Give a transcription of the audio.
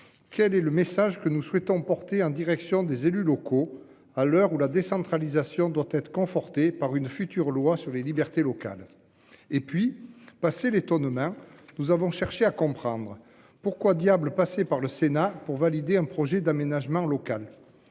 Quel est le message que nous souhaitons porter en direction des élus locaux à l'heure où la décentralisation doit être confortée par une future loi sur les libertés locales. Et puis, passé l'étonnement. Nous avons cherché à comprendre pourquoi diable passer par le Sénat pour valider un projet d'aménagement local.